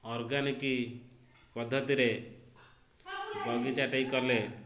organic ପଦ୍ଧତିରେ ବଗିଚାଟେ କଲେ